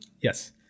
Yes